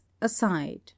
Aside